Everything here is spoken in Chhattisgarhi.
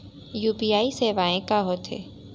यू.पी.आई सेवाएं का होथे?